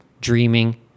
dreaming